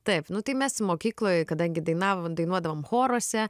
taip nu tai mes mokykloj kadangi dainav dainuodavom choruose